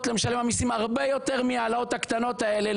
למשלם המיסים הרבה יותר מההטרלות הקטנות האלה.